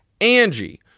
Angie